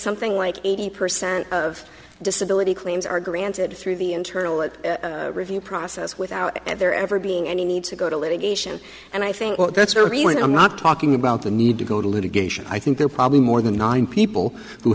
something like eighty percent of disability claims are granted through the internal it review process without there ever being any need to go to litigation and i think that's one reason i'm not talking about the need to go to litigation i think there are probably more than nine people who